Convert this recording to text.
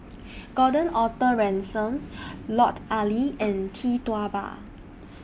Gordon Arthur Ransome Lut Ali and Tee Tua Ba